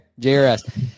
JRS